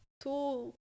two